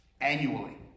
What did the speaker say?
annually